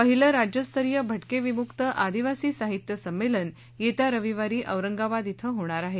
पहिलं राज्यस्तरीय भटके विमुक्त आदीवासी साहित्य संमेलन येत्या रविवारी औरंगाबाद क्रिं होणार आहे